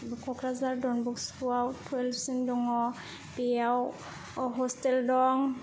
क'क्राझार दन बस्कआव टुयेलभसिम दङ बेयाव हस्टेल दं